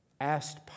asked